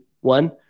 one